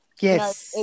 Yes